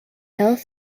health